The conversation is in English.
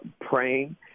praying